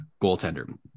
goaltender